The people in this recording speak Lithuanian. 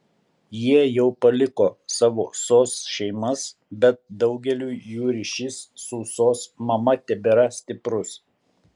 jie jau paliko savo sos šeimas bet daugeliui jų ryšys su sos mama tebėra stiprus